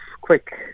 quick